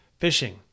Phishing